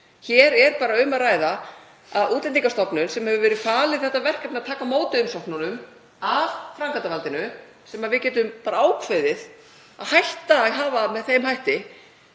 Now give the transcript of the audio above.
Hér er bara um að ræða að Útlendingastofnun, sem hefur verið falið þetta verkefni að taka á móti umsóknunum af framkvæmdarvaldinu — sem við getum bara ákveðið að hætta að hafa með þeim hætti